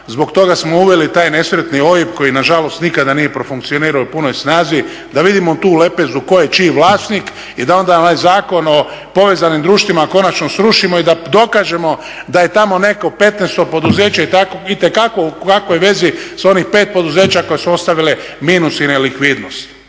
zbog toga smo uveli taj nesretni OIB koji nažalost nikada nije profunkcionirao u punoj snazi, da vidimo tu lepezu ko je čiji vlasnik i da onda onaj Zakon o povezanim društvima konačno srušimo i da dokažemo da je tamo neko petnaesto poduzeće itekako u kakvoj vezi sa onih pet poduzeća koja su ostavile minus i nelikvidnost.